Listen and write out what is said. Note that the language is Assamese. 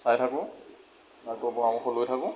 চাই থাকোঁ ডাক্টৰৰ পৰামৰ্শ লৈ থাকোঁ